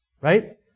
right